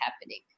happening